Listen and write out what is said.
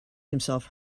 himself